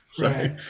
Right